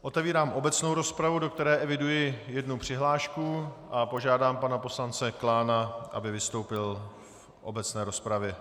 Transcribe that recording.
Otevírám obecnou rozpravu, do které eviduji jednu přihlášku, a požádám pana poslance Klána, aby vystoupil v obecné rozpravě.